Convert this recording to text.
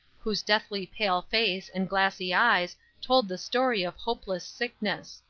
whose deathly pale face and glassy eyes told the story of hopeless sickness.